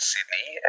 Sydney